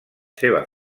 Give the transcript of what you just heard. seva